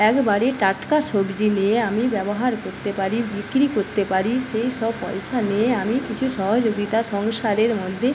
একবারে টাটকা সবজি নিয়ে আমি ব্যবহার করতে পারি বিক্রি করতে পারি সেই সব পয়সা নিয়ে আমি কিছু সহযোগিতা সংসারের মধ্যে